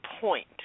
point